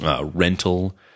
rental